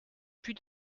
plus